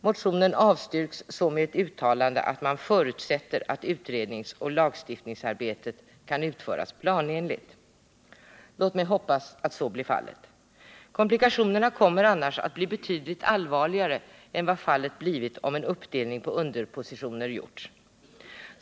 Motionen avstyrks så med ett uttalande att man förutsätter att utredningsoch lagstiftningsarbetet kan utföras planenligt. Låt mig hoppas att så blir fallet. Komplikationerna kommer annars att bli betydligt allvarligare än vad som fallet skulle ha blivit om en uppdelning på underpositioner hade gjorts.